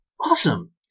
Awesome